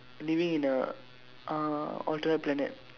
living in a uh alternate planet